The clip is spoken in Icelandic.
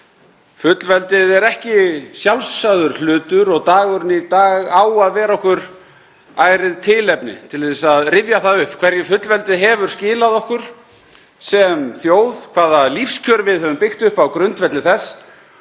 Fullveldið er ekki sjálfsagður hlutur og dagurinn í dag á að vera okkur ærið tilefni til að rifja það upp hverju fullveldið hefur skilað okkur sem þjóð, hvaða lífskjör við höfum byggt upp á grundvelli þess,